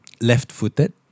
left-footed